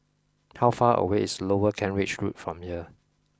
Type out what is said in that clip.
how far away is Lower Kent Ridge Road from here